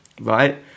right